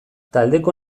taldeko